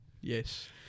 Yes